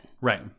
Right